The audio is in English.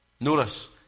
Notice